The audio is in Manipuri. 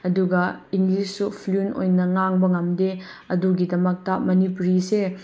ꯑꯗꯨꯒ ꯏꯪꯂꯤꯁꯁꯨ ꯐ꯭ꯂꯨꯏꯟ ꯑꯣꯏꯅ ꯉꯥꯡꯕ ꯉꯝꯗꯦ ꯑꯗꯨꯒꯤꯗꯃꯛꯇ ꯃꯅꯤꯄꯨꯔꯤꯁꯦ